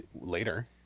Later